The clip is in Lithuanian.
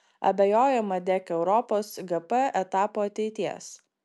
abejojama dėk europos gp etapo ateities